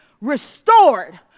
restored